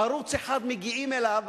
ערוץ-1 מגיעים אליו,